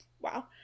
Wow